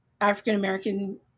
African-American